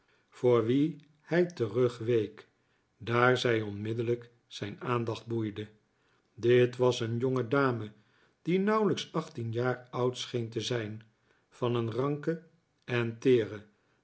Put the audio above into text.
voor wie hij terugweek daar zij onmiddellijk zijn aandacht boeide dit was een jongedame die nauwelijks achttien jaar oud scheen te zijn van een ranke en teere